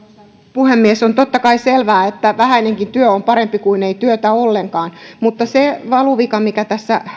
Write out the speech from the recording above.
puhemies on totta kai selvää että vähäinenkin työ on parempi kuin ei työtä ollenkaan mutta se valuvika tässä